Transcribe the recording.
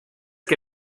que